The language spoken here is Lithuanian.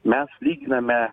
mes lyginame